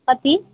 कति